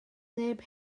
neb